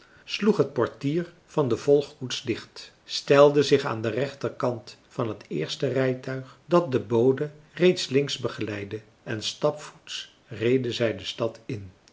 sloeg het portier van de volgkoets dicht stelde zich aan den rechterkant van het eerste rijtuig dat de bode reeds links begeleidde en stapvoets reden zij de stad in